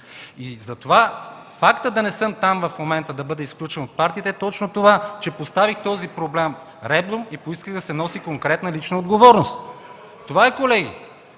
в момента да не съм там, да бъда изключен от партията, е точно това – поставих този проблем ребром, и поисках да се носи конкретна, лична отговорност. Това е колеги!